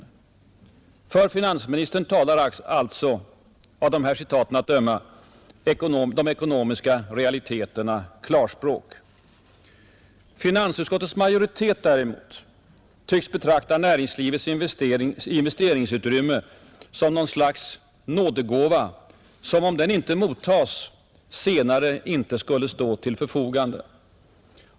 För finansministern talar alltså, av dessa citat att döma, de ekonomiska realiteterna klarspråk. Finansutskottets majoritet däremot tycks betrakta näringslivets investeringsutrymme som något slags nådegåva som — om den inte mottages — senare inte skulle stå till förfogande.